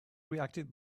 reacted